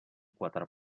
quatre